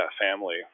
family